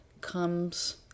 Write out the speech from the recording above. comes